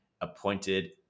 appointed